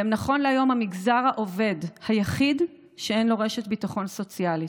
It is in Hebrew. והם נכון להיום המגזר העובד היחיד שאין לו רשת ביטחון סוציאלית.